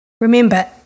Remember